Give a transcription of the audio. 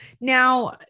Now